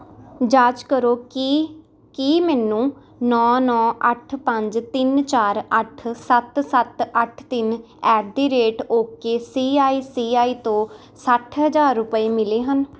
ਜਾਂਚ ਕਰੋ ਕਿ ਕੀ ਮੈਨੂੰ ਨੌ ਨੌ ਅੱਠ ਪੰਜ ਤਿੰਨ ਚਾਰ ਅੱਠ ਸੱਤ ਸੱਤ ਅੱਠ ਤਿੰਨ at the rate okay C I C I ਤੋਂ ਸੱਠ ਹਜ਼ਾਰ ਰੁਪਏ ਮਿਲੇ ਹਨ